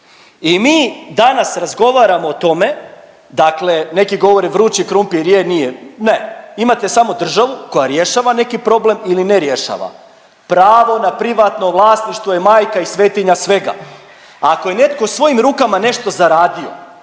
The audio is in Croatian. I mi danas razgovaramo o tome, dakle neki govore vrući krumpir je, nije, ne, imate samo državu koja rješava neki problem ili ne rješava. Pravo na privatno vlasništvo je majka i svetinja svega, a ako je netko svojim rukama nešto zaradio,